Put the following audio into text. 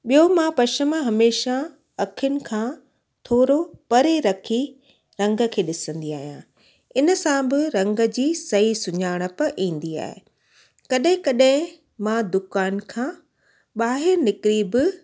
ॿियों मां पशम हमेशह अखियुनि खां थोरो परे रखी रंग खे ॾिसंदी आहियां हिन सां बि रंग जी सही सुञाणप ईंदी आहे कॾहिं कॾहिं मां दुकान खां ॿाहिरि निकिरी बि